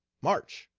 march!